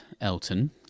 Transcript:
Elton